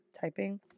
typing